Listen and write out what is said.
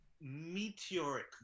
meteoric